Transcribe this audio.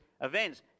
events